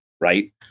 right